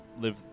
live